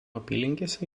apylinkėse